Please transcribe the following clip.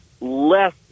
less